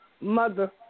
mother